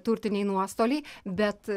turtiniai nuostoliai bet